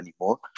anymore